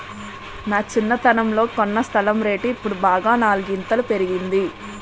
నా చిన్నతనంలో కొన్న స్థలం రేటు ఇప్పుడు బాగా నాలుగింతలు పెరిగింది